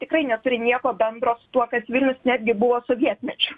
tikrai neturi nieko bendro su tuo kas vilnius netgi buvo sovietmečiu